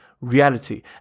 reality